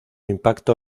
impacto